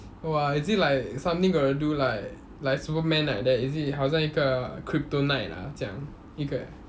!wah! is it like something got to do like like superman like that is it 好像一个 kryptonite ah 这样一个